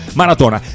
maratona